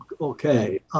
Okay